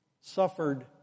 suffered